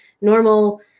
normal